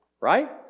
right